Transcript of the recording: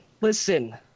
Listen